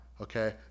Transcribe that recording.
Okay